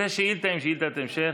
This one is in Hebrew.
זאת שאילתה עם שאילתת המשך.